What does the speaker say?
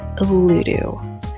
Ludo